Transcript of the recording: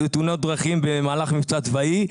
תאונות דרכים במהלך מבצע צבאי,